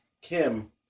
Kim